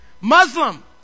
Muslim